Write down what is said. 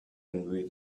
envy